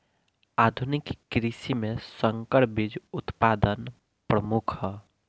आधुनिक कृषि में संकर बीज उत्पादन प्रमुख ह